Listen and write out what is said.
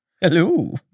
Hello